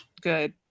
good